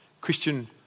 Christian